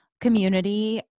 community